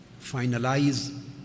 finalize